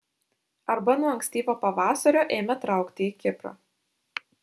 arba nuo ankstyvo pavasario ėmė traukti į kiprą